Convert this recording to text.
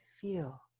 feel